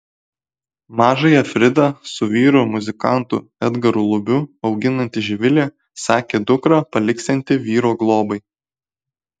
mažąją fridą su vyru muzikantu edgaru lubiu auginanti živilė sakė dukrą paliksianti vyro globai